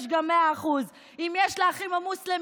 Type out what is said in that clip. יש גם 100%; אם יש לאחים המוסלמים,